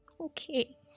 Okay